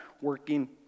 working